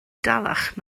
dalach